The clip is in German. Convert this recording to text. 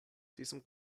diesem